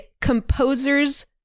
composer's